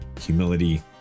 humility